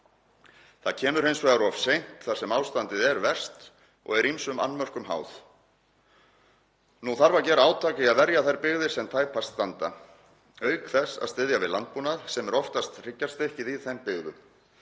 Það kemur hins vegar of seint þar sem ástandið er verst og er ýmsum annmörkum háð. Nú þarf að gera átak í að verja þær byggðir sem tæpast standa auk þess að styðja við landbúnað sem er oftast hryggjarstykkið í þeim byggðum.